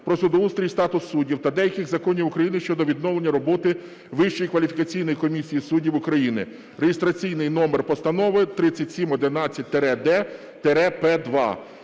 "Про судоустрій і статус суддів" та деяких законів України щодо відновлення роботи Вищої кваліфікаційної комісії суддів України (реєстраційний номер Постанови 3711-д-П2).